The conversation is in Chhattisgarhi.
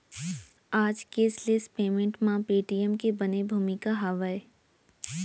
आज केसलेस पेमेंट म पेटीएम के बने भूमिका हावय